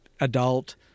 adult